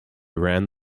ran